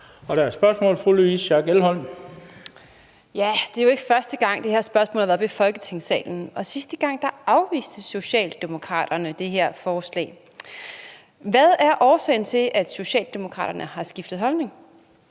Schack Elholm. Kl. 18:28 Louise Schack Elholm (V): Det er jo ikke første gang, det her spørgsmål er oppe i Folketingssalen, og sidste gang afviste Socialdemokraterne det her beslutningsforslag. Hvad er årsagen til, at Socialdemokraterne har skiftet holdning?